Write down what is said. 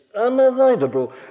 unavoidable